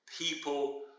people